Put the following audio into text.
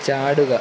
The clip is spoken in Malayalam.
ചാടുക